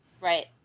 Right